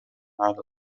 على